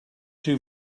two